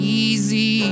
easy